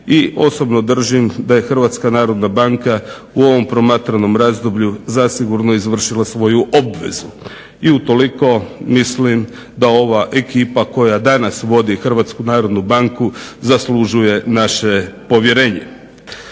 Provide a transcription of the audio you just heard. I osobno držim da je Hrvatska narodna banka u ovom promatranom razdoblju zasigurno izvršila svoju obvezu i utoliko mislim da ova ekipa koja danas vodi Hrvatsku narodnu banku zaslužuje naše povjerenje.